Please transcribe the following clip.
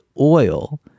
oil